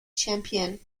champion